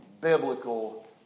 biblical